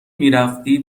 میرفتی